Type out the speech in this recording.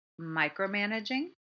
micromanaging